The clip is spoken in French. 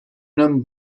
homme